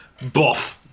Boff